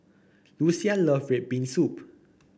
Lucia love red bean soup